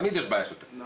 תמיד יש בעיה של תקציב,